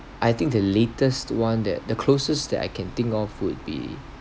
I think the latest one that the closest that I can think of would be